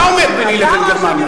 אתה עומד ביני לבין גרמניה.